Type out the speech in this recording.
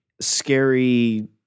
scary